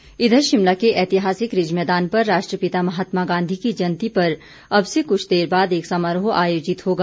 जयंती इधर शिमला के ऐतिहासिक रिज मैदान पर राष्ट्रपिता महात्मा गांधी की जयंती पर अब से कृछ देर बाद एक समारोह आयोजित होगा